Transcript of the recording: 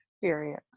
Period